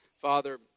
Father